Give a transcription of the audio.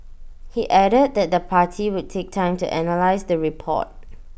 he added that the party would take time to analyse the report